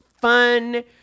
fun